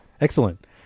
Excellent